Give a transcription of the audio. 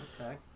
Okay